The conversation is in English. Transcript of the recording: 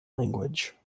language